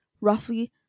roughly